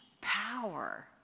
power